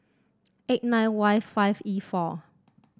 eight nine Y five E four